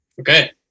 Okay